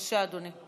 בבקשה, אדוני.